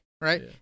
Right